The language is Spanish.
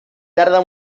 tarda